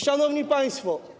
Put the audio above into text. Szanowni Państwo!